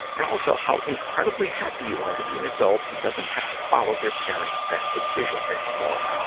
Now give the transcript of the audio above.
and also, how incredibly happy you are to be an adult who doesn't have to follow their parent's bad decisions anymore.